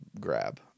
grab